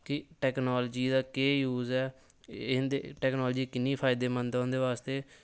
कि टैक्नोलजी दा केह् यूज ऐ इं'दे टैक्नोलजी कि'न्नी फायदे मंद ऐ उंदे बास्ते